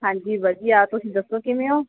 ਹਾਂਜੀ ਵਧੀਆ ਤੁਸੀਂ ਦੱਸੋ ਕਿਵੇਂ ਹੋ